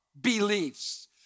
beliefs